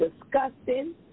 disgusting